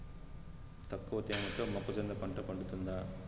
తక్కువ తేమతో మొక్కజొన్న పంట పండుతుందా?